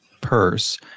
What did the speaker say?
purse